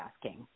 asking